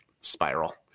spiral